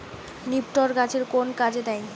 নিপটর গাছের কোন কাজে দেয়?